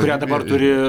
kurią dabar turi